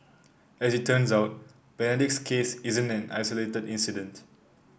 as it turns out Benedict's case isn't an isolated incident